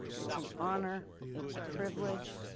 it's an honor it's a privilege.